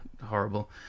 horrible